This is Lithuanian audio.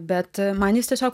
bet man jis tiesiog